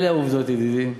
אלה העובדות, ידידי,